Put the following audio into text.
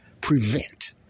prevent